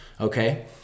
Okay